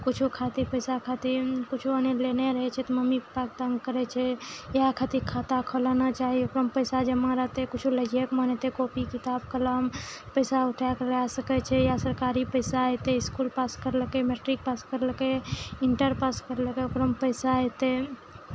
किछो खातिर पैसा खातिर किछो लेने रहै छै तऽ मम्मी पप्पाकेँ तंग करै छै इएह खातिर खाता खोलाना चाही ओकरोमे पैसा जमा रहतै किछो लैए कऽ मन हेतै कोपी किताब कलम पैसा उठाए कऽ लए सकै छै या सरकारी पैसा अयतै इसकुल पास करलकै मैट्रिक पास करलकै इन्टर पास करलकै ओकरोमे पैसा अयतै